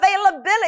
availability